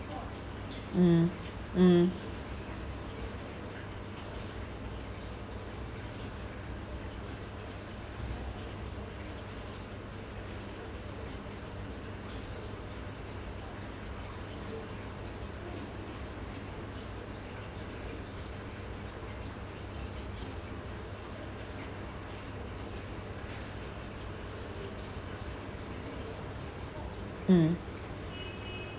mm mm mm